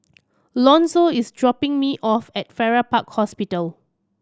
Lonzo is dropping me off at Farrer Park Hospital